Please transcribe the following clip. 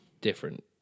different